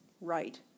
Right